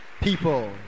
people